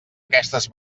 aquestes